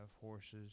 horses